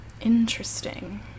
Interesting